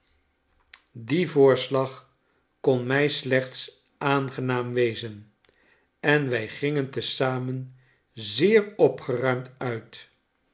die voorslag kon mij slechts aangenaam wezen en wij gingen te zamen zeer opgeruimd uit